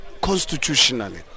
constitutionally